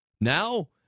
Now –